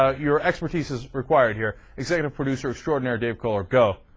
ah your expertise is required here is there a producer short medical or go